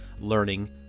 learning